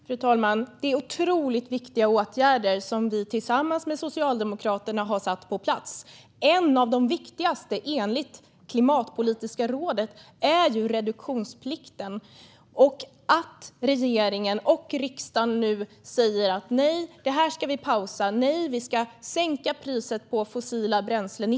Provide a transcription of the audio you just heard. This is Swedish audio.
Fru talman! Det är otroligt viktiga åtgärder vi tillsammans med Socialdemokraterna har fått på plats. En av de viktigaste, enligt Klimatpolitiska rådet, är reduktionsplikten. Nu säger regeringen och riksdagen: Nej, det här ska vi pausa. Nej, vi ska sänka priset på fossila bränslen.